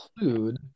include